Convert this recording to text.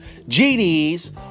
GDs